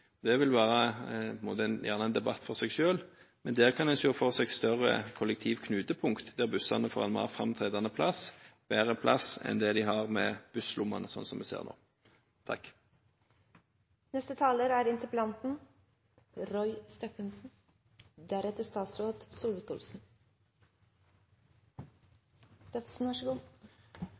Det vil gjerne være en debatt for seg selv, men der kan en se for seg større kollektivknutepunkt der bussene får en mer framtredende plass og bedre plass enn det de har med busslommene, sånn som vi ser nå.